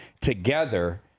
together